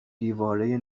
دیواره